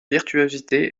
virtuosité